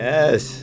Yes